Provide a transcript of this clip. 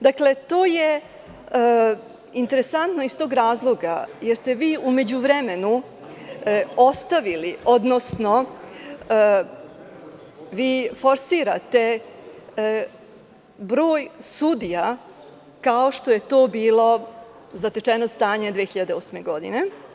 Dakle, to je interesantno iz tog razloga, jer ste vi u međuvremenu ostavili, odnosno vi forsirate broj sudija, kao što je to bilo zatečeno stanje 2008. godine.